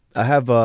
i have ah